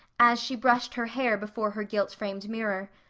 as she brushed her hair before her gilt framed mirror,